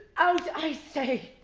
out i say!